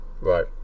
Right